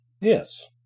Yes